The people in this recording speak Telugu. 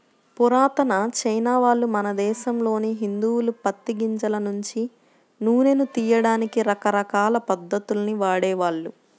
పురాతన చైనావాళ్ళు, మన దేశంలోని హిందువులు పత్తి గింజల నుంచి నూనెను తియ్యడానికి రకరకాల పద్ధతుల్ని వాడేవాళ్ళు